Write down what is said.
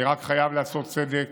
אני רק חייב לעשות צדק